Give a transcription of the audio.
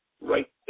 Right